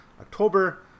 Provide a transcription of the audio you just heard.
October